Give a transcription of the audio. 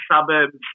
suburbs